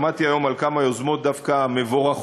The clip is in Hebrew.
שמעתי היום על כמה יוזמות דווקא מבורכות,